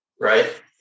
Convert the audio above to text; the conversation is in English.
right